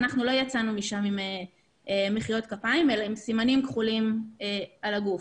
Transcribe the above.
אנחנו לא יצאנו שם עם מחיאות כפיים אלא עם סימנים כחולים על הגוף.